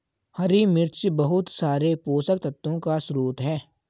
हरी मिर्च बहुत सारे पोषक तत्वों का स्रोत है